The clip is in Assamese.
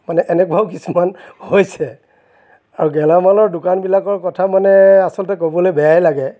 মানে এনেকুৱাও কিছুমান হৈছে আৰু গেলামালৰ দোকানবিলাকৰ কথা মানে আচলতে ক'বলৈ বেয়াই লাগে